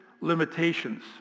limitations